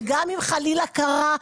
וגם אם חלילה קרה,